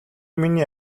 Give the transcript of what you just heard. миний